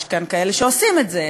יש כאלה שעושים את זה,